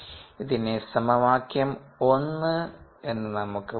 ഇതിനെ സമവാക്യം 1 എന്ന് നമുക്ക് വിളിക്കാം